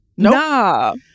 No